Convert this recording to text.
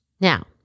Now